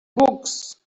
books